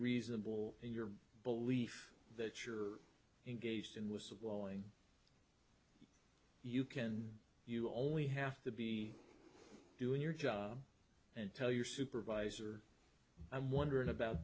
reasonable your belief that you're engaged in was going you can you only have to be doing your job and tell your supervisor i'm wondering about